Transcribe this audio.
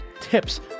tips